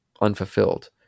unfulfilled